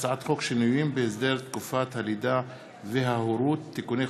הצעת חוק שינויים בהסדר תקופת הלידה וההורות (תיקוני חקיקה),